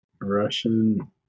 Russian